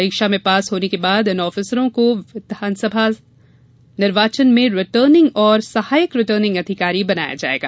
परीक्षा में पास होने के बाद इन ऑफिसरों को विधानसभा सभा निर्वाचन में रिटर्निंग और सहायक रिटर्निंग अधिकारी बनाया जायेगा